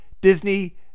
Disney